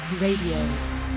Radio